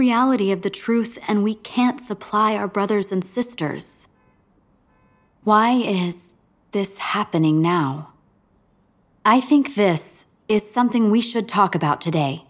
reality of the truth and we can't supply our brothers and sisters why is this happening now i think this is something we should talk about today